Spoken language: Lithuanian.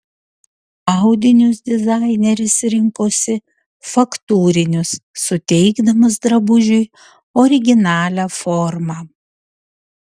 audinius dizaineris rinkosi faktūrinius suteikdamas drabužiui originalią formą